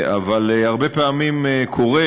אבל הרבה פעמים קורה